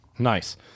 Nice